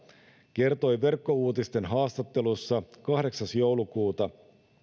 kertoi verkkouutisten haastattelussa kahdeksas kahdettatoista kaksituhattayhdeksäntoista